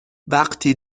وقتی